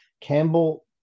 campbell